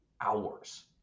hours